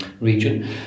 region